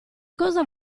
cosa